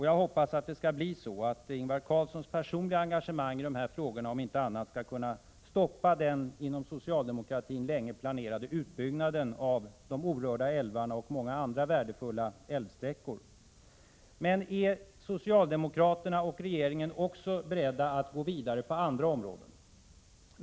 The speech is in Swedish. Jag hoppas att Ingvar Carlssons personliga engagemang i de här frågorna om inte annat skall kunna stoppa den inom socialdemokratin länge planerade utbyggnaden av de orörda älvarna och många andra värdefulla älvsträckor. Men är socialdemokraterna och regeringen också beredda att gå vidare på andra områden?